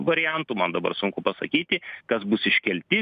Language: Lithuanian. variantų man dabar sunku pasakyti kas bus iškelti